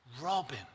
Robin